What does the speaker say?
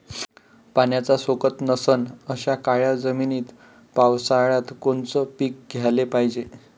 पाण्याचा सोकत नसन अशा काळ्या जमिनीत पावसाळ्यात कोनचं पीक घ्याले पायजे?